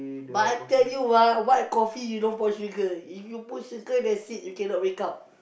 but I tell you uh white coffee you don't pour sugar if you put sugar that's it you cannot wake up